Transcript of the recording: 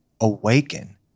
awaken